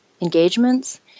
engagements